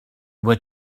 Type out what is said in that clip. were